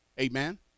amen